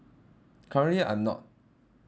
currently I'm not